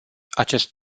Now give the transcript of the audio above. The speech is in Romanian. acest